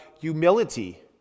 humility